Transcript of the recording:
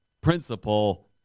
principle